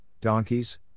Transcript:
donkeys